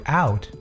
out